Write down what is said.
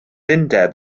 undeb